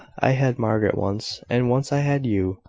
i had margaret once and once i had you.